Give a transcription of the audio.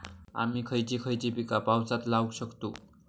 आम्ही खयची खयची पीका पावसात लावक शकतु?